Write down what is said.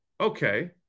Okay